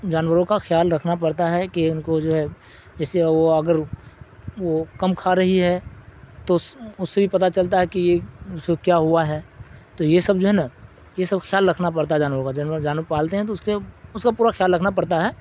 جانوروں کا خیال رکھنا پڑتا ہے کہ ان کو جو ہے جیسے وہ اگر وہ کم کھا رہی ہے تو اس سے بھی پتہ چلتا ہے کہ یہ اس کو کیا ہوا ہے تو یہ سب جو ہے نا یہ سب خیال رکھنا پڑتا ہے جانور کا جانور پالتے ہیں تو اس کے اس کا پورا خیال رکھنا پڑتا ہے